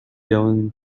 yelling